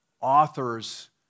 authors